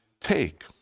take